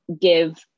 give